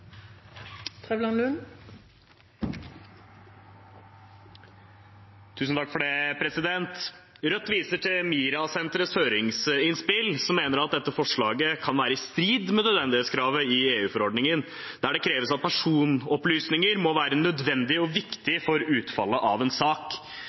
Rødt viser til høringsinnspill fra MiRA-senteret, som mener dette forslaget kan være i strid med nødvendighetskravet i EU-forordningen, der det kreves at personopplysninger må være nødvendige og